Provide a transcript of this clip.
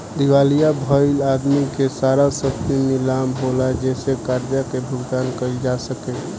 दिवालिया भईल आदमी के सारा संपत्ति नीलाम होला जेसे कर्जा के भुगतान कईल जा सके